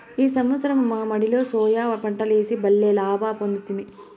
ఈ సంవత్సరం మా మడిలో సోయా పంటలేసి బల్లే లాభ పొందితిమి